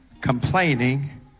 complaining